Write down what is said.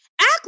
act